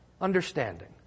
understanding